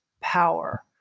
power